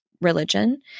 religion